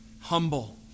humble